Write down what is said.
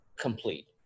complete